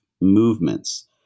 movements